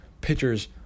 pitchers